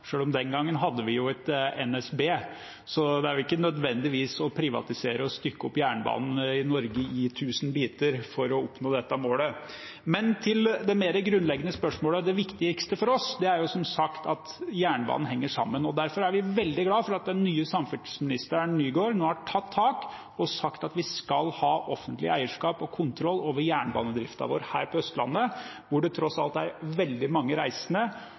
om vi den gangen hadde et NSB. Det er jo ikke nødvendig å privatisere og stykke opp jernbanen i Norge i tusen biter for å oppnå dette målet. Til det mer grunnleggende spørsmålet: Det viktigste for oss er som sagt at jernbanen henger sammen. Derfor er vi veldig glad for at den nye samferdselsministeren, Nygård, nå har tatt tak og sagt at vi skal ha offentlig eierskap og kontroll over jernbanedriften vår her på Østlandet, hvor det tross alt er veldig mange reisende